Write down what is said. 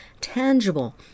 tangible